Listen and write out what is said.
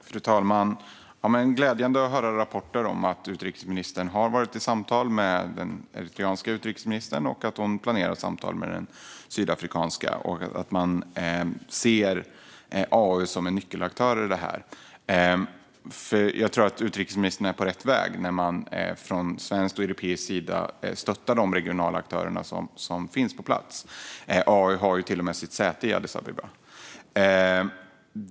Fru talman! Det är glädjande att höra att utrikesministern har varit i samtal med den eritreanske utrikesministern, att hon planerar samtal med den sydafrikanska utrikesministern och att man ser AU som en nyckelaktör i det här. Jag tror att det är rätt väg att från svensk och europeisk sida stötta de regionala aktörer som finns på plats. AU har till och med sitt säte i Addis Abeba.